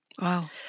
Wow